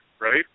right